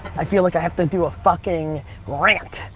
i feel like i have to do a fucking rant.